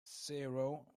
zero